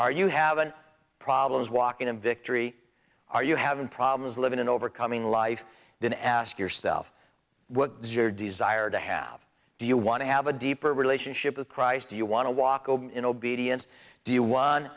are you have an problems walking in victory are you having problems living and overcoming life then ask yourself what does your desire to have do you want to have a deeper relationship with christ you want to walk in obedience do you want